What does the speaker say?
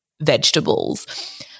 vegetables